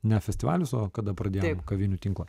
ne festivalius o kada pradėjom kavinių tinklą